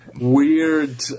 weird